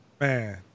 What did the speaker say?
man